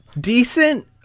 decent